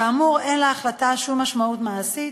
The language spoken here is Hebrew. כאמור, אין להחלטה שום משמעות מעשית,